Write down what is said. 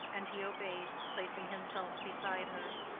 and he obeyed, placing himself beside her.